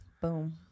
Boom